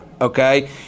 Okay